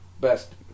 best